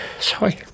Sorry